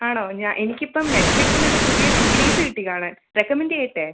ആണോ ഞാൻ എനിക്കിപ്പം നെറ്റ്ഫ്ലിക്സിലൊരു പുതിയ സീരീസ് കിട്ടി കാണാൻ റെക്കമെൻ്റ് ചെയ്യട്ടേ